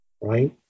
right